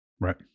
Right